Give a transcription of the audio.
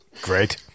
great